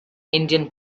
indian